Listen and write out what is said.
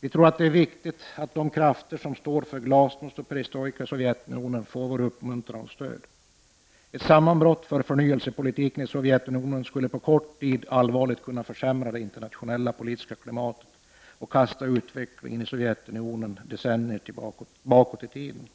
Vi tror det är viktigt att de krafter som står för glasnost och perestrojka i Sovjetunionen får vår uppmuntran och vårt stöd. Ett sammanbrott för förnyelsepolitiken i Sovjetunionen skulle på kort tid allvarligt kunna försämra det internationella politiska klimatet och kasta utvecklingen i Sovjetunionen decennier bakåt i tiden.